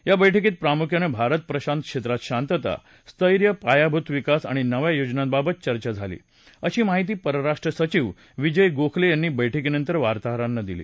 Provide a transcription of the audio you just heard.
या बैठकीत प्रामुख्यानं भारत प्रशांत क्षेत्रात शांतता स्थैर्य पायाभूत विकास आणि नव्या योजनांबाबत चर्चा झाली अशी माहिती परराष्ट्र सचिव विजय गोखले यांनी बैठकीनंतर वार्ताहरांना दिली